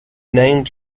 named